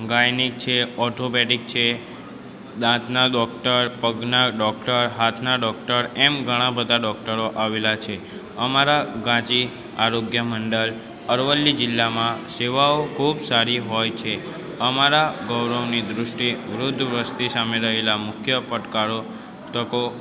gynaec છે orthopaedic છે દાંતના દોક્તર પગના ડોક્ટર હાથના ડોક્ટર એમ ઘણા બધા ડૉક્ટરો આવેલા છે અમારા ઘાંચી આરોગ્ય મંડળ અરવલ્લી જિલ્લામાં સેવાઓ ખૂબ સારી હોય છે અમારી ગૌરવની દૃષ્ટિએ વૃદ્ધ વસતી સામે રહેલા મુખ્ય પડકારો તકો